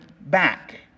back